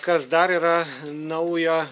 kas dar yra naujo